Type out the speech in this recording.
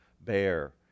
bear